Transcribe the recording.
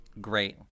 Great